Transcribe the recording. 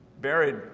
buried